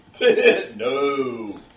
No